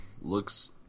looks